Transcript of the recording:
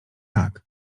tak